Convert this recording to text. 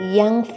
young